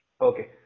Okay